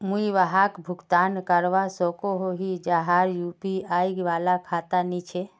मुई वहाक भुगतान करवा सकोहो ही जहार यु.पी.आई वाला खाता नी छे?